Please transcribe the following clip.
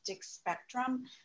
spectrum